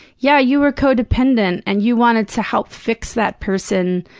yeah, you were co-dependent and you wanted to help fix that person,